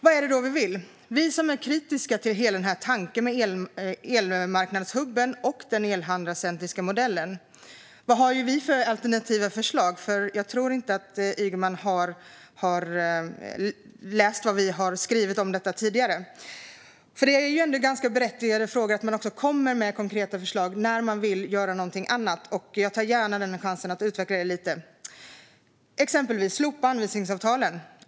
Vad är det då vi vill, vi som är kritiska till hela tanken med elmarknadshubben och den elhandlarcentriska modellen? Vad har vi för alternativa förslag? Jag tror inte att Ygeman har läst vad vi har skrivit om detta tidigare. Det är ganska berättigat att man också kommer med konkreta förslag när man vill göra någonting annat, och jag tar gärna chansen att utveckla detta lite. Ett exempel är att vi vill slopa anvisningsavtalen.